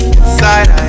inside